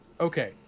okay